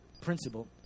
principle